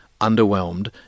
underwhelmed